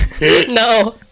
No